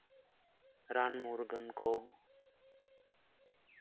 ᱨᱟᱱ ᱢᱩᱨᱜᱟᱹᱱ ᱠᱚ